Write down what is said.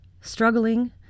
Struggling